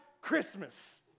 Christmas